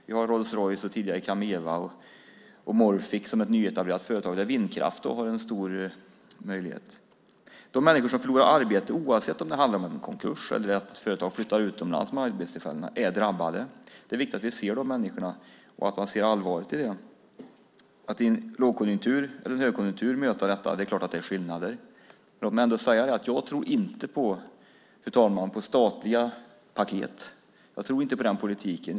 Vi har Rolls Royce, och tidigare Kamewa och Morphic som är ett nyetablerat företag där vindkraft har stora möjligheter. De människor som förlorar sitt arbete är drabbade, oavsett om det handlar om en konkurs eller att företag flyttar utomlands med arbetstillfällena. Det är viktigt att vi ser de människorna och att man ser allvaret i det. Det är naturligtvis skillnad om man möter detta i en lågkonjunktur eller en högkonjunktur. Låt mig ändå säga att jag inte tror på statliga paket. Jag tror inte på den politiken.